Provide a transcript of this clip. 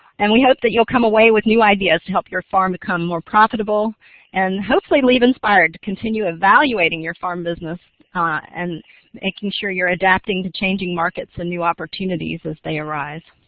and we hope that you'll come away with new ideas to help your farm become more profitable and hopefully leave inspired to continue evaluating your farm business ah and making sure your adapting to changing markets and new opportunities as they arise.